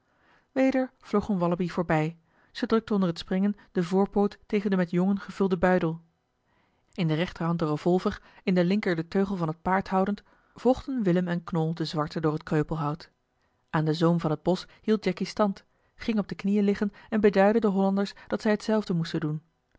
vloog een wallabie voorbij ze drukte onder het springen den voorpoot tegen den met jongen gevulden buidel in de rechterhand de revolver in de linker den teugel van het paard houdend volgden willem en knol den zwarte door het kreupelhout aan den zoom van het bosch hield jacky stand ging op de knieën liggen en beduidde den hollanders dat zij het zelfde moesten doen